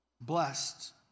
Blessed